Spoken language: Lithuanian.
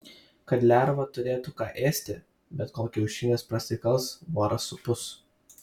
kad lerva turėtų ką ėsti bet kol kiaušinis prasikals voras supus